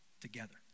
together